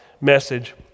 message